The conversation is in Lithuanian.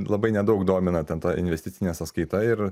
labai nedaug domina ten ta investicinė sąskaita ir